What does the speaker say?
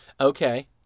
Okay